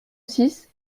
six